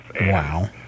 Wow